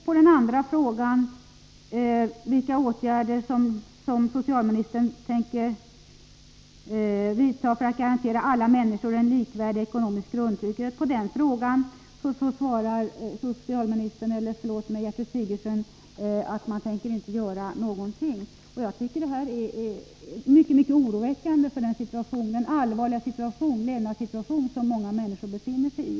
På min andra fråga, vilka åtgärder socialministern tänker vidta för att garantera alla människor en likvärdig ekonomisk grundtrygghet, svarar Gertrud Sigurdsen att regeringen inte tänker göra någonting. Det tycker jag är mycket oroväckande för den allvarliga levnadssituation som många människor i dag befinner sig i.